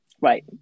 Right